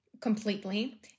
completely